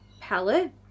palette